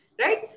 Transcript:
right